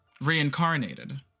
Reincarnated